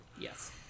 Yes